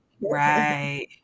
right